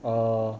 err